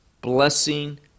blessing